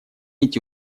эти